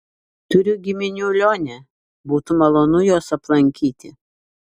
turiu giminių lione būtų malonu juos aplankyti